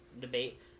debate